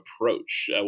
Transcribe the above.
approach